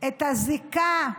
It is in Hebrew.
את הזיקה,